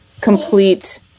complete